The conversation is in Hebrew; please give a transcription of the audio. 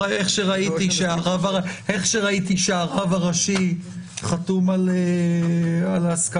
איך שראיתי שהרב הראשי חתום על הסכמה,